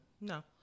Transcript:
No